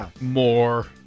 more